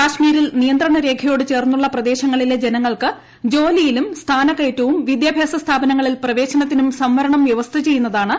കശ്മീരിൽ നിയന്ത്രണരേഖയോട് ചേർന്നുള്ള പ്രദേശങ്ങളിലെ ജോലിയിലും സ്ഥാനക്കയറ്റവും ജനങ്ങൾക്ക് വിദ്യാഭ്യാസ സ്ഥാപനങ്ങളിൽ പ്രവേശനത്തിനും സംവരണം വ്യവസ്ഥ ചെയ്യുന്നതാണ് ബിൽ